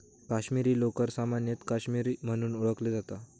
काश्मीरी लोकर सामान्यतः काश्मीरी म्हणून ओळखली जाता